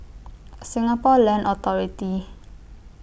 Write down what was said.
Singapore Land Authority